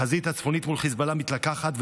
החזית הצפונית מול חיזבאללה מתלקחת,